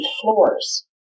floors